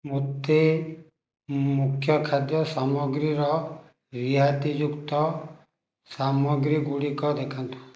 ମୋତେ ମୁଖ୍ୟ ଖାଦ୍ୟ ସାମଗ୍ରୀର ରିହାତିଯୁକ୍ତ ସାମଗ୍ରୀ ଗୁଡ଼ିକ ଦେଖାନ୍ତୁ